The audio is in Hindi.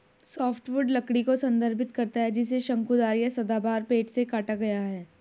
सॉफ्टवुड लकड़ी को संदर्भित करता है जिसे शंकुधारी या सदाबहार पेड़ से काटा गया है